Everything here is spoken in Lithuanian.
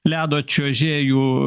ledo čiuožėjų